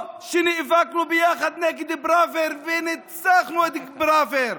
נאבקנו יחד נגד פראוור וניצחנו את פראוור.